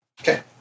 Okay